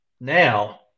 now